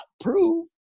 prove